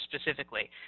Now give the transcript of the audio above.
specifically